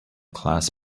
class